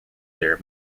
player